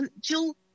jill